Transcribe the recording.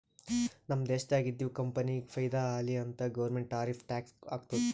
ನಮ್ ದೇಶ್ದಾಗ್ ಇದ್ದಿವ್ ಕಂಪನಿಗ ಫೈದಾ ಆಲಿ ಅಂತ್ ಗೌರ್ಮೆಂಟ್ ಟಾರಿಫ್ ಟ್ಯಾಕ್ಸ್ ಹಾಕ್ತುದ್